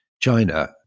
China